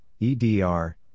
EDR